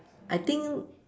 I think